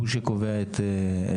הוא זה שקובע את הנציג.